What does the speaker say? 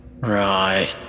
Right